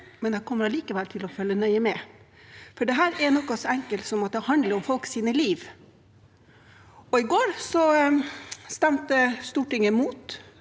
men jeg kommer likevel til å følge nøye med, for dette er noe så enkelt som at det handler om folks liv. I går stemte Stortinget imot